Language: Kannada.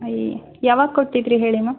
ಯಾವಾಗ ಕೊಟ್ಟಿದ್ದಿರಿ ಹೇಳಿ ಮ್ಯಾಮ್